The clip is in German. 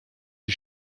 die